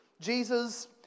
Jesus